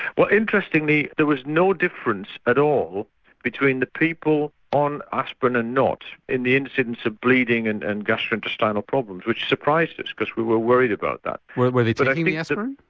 well interestingly there was no difference at all between the people on aspirin and not in the incidence of bleeding and and gastrointestinal problems which surprised us because we were worried about that. were were they taking the aspirin?